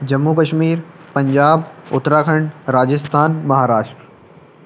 جموں و کشمیر پنجاب اتراکھنڈ راجستھان مہاراشٹر